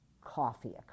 coffee